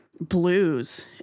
Blues